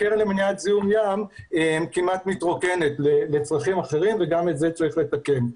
הקרן למניעת זיהום ים כמעט מתרוקנת לצרכים אחרים וגם את זה צריך לתקן.